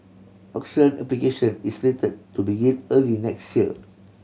auction application is slated to begin early next year